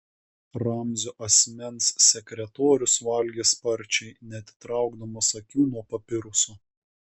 ramzio asmens sekretorius valgė sparčiai neatitraukdamas akių nuo papiruso